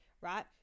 right